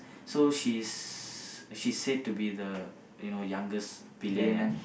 so she's she's said to be the you know youngest billionaire